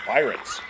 Pirates